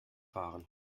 fahren